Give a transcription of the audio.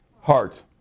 heart